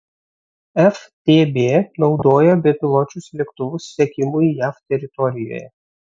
ftb naudojo bepiločius lėktuvus sekimui jav teritorijoje